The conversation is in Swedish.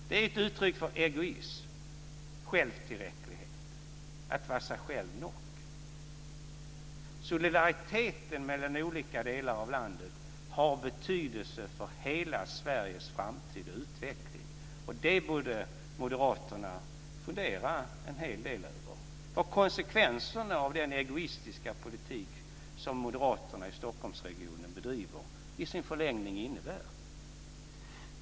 Det är ett uttryck för egoism, självtillräcklighet, att vara sig själv nog. Solidariteten mellan olika delar av landet har betydelse för hela Sveriges framtid och utveckling. Det borde moderaterna fundera en hel del över och på vad konsekvenserna av den egoistiska politik som moderaterna i Stockholmsregionen bedriver i sin förlängning innebär.